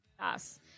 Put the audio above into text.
Yes